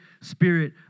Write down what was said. Spirit